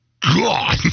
God